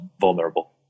vulnerable